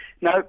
No